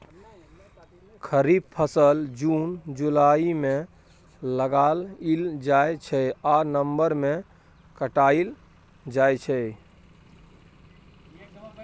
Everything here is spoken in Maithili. खरीफ फसल जुन जुलाई मे लगाएल जाइ छै आ नबंबर मे काटल जाइ छै